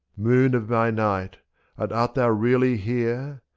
moon of my nighty and art thou really here!